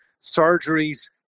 surgeries